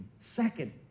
Second